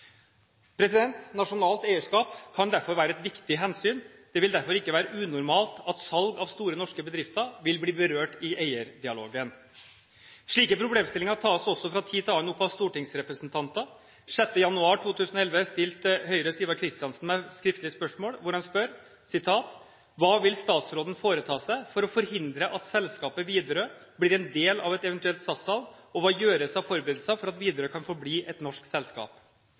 Nasjonalt eierskap kan derfor være et viktig hensyn. Det vil derfor ikke være unormalt at salg av store norske bedrifter vil bli berørt i eierdialogen. Slike problemstillinger tas også fra tid til annen opp av stortingsrepresentanter. 6. januar 2011 stilte Høyres Ivar Kristiansen meg et skriftlig spørsmål, hvor han spør: «Hva vil statsråden foreta seg for å forhindre at selskapet Widerøe blir en del av et eventuelt SAS-salg, og hva gjøres av forberedelser for at Widerøe kan forbli et norsk selskap?»